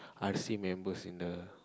I see member signal